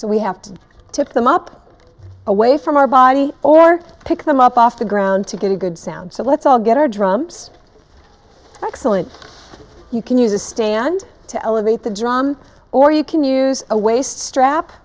so we have to pick them up away from our body or pick them up off the ground to get a good sound so let's all get our drums excellent you can use a stand to elevate the drum or you can use a waist strap